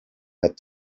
had